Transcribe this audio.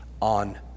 on